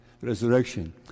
resurrection